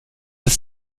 das